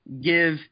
give